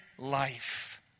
Life